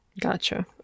Gotcha